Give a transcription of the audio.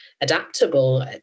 adaptable